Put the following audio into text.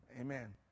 Amen